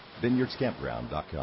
VineyardsCampground.com